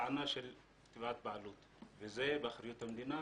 הטענה של תביעות בעלות וזה באחריות המדינה